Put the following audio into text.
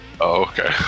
Okay